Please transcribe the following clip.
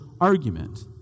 argument